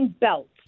Belt